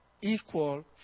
equal